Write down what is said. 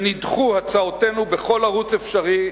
ונדחו הצעותינו בכל ערוץ אפשרי,